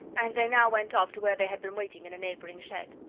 and they now went off to where they had been waiting in a neighbouring shed.